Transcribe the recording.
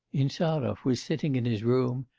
insarov was sitting in his room,